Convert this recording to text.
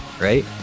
right